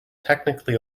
technically